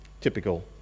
Typical